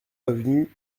avenue